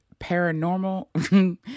paranormal